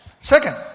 Second